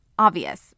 Obvious